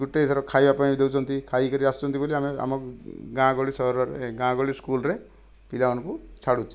ଗୋଟିଏ ଥର ଖାଇବା ପାଇଁ ଦେଉଛନ୍ତି ଖାଇକରି ଆସୁଛନ୍ତି ବୋଲି ଆମେ ଆମ ଗାଁ ଗହଳି ସହରରେ ଗାଁ ଗହଳି ସ୍କୁଲରେ ପିଲାମାନଙ୍କୁ ଛାଡ଼ୁଛୁ